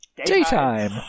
Daytime